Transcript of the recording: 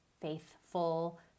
faithful